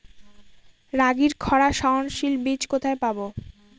রাগির খরা সহনশীল বীজ কোথায় পাবো?